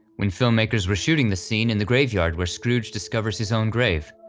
when filmmakers were shooting the scene in the graveyard where scrooge discovers his own grave,